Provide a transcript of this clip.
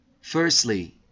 firstly